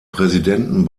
präsidenten